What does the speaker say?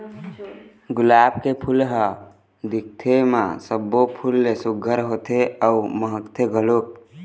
गुलाब के फूल ल ह दिखे म सब्बो फूल ले सुग्घर होथे अउ महकथे घलोक